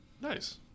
Nice